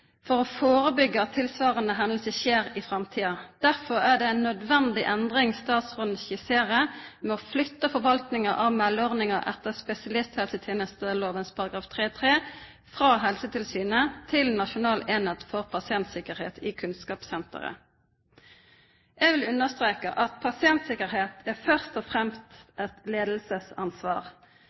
for å førebyggja tilsvarande hendingar i framtida. Derfor er det ei nødvendig endring statsråden skisserer, med å flytta forvaltninga av meldeordninga etter spesialisthelsetenesteloven § 3-3 frå Helsetilsynet til Nasjonal enhet for pasientsikkerhet i Kunnskapssenteret. Eg vil understreka at pasienttryggleik først og fremst er eit